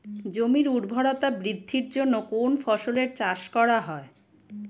জমির উর্বরতা বৃদ্ধির জন্য কোন ফসলের চাষ করা হয়?